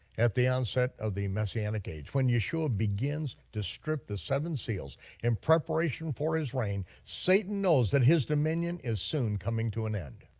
at the onset of the messianic age, when yeshua begins to strip the seven seals in preparation for his reign, satan knows that his dominion is soon coming to an end.